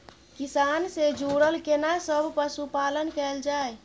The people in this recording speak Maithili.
किसान से जुरल केना सब पशुपालन कैल जाय?